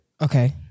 Okay